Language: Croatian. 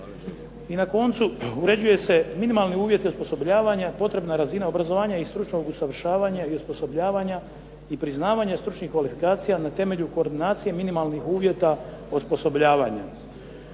I na koncu, uređuje se minimalni uvjeti osposobljavanja, potrebna razina obrazovanja i stručnog usavršavanja i osposobljavanja i priznavanja stručnih kvalifikacija na temelju koordinacije minimalnih uvjeta osposobljavanja.